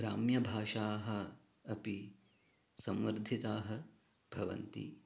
ग्राम्यभाषाः अपि संवर्धिताः भवन्ति